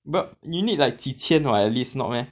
but you need like 几千 [what] at least not meh